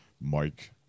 Mike